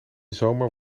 zomer